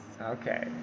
Okay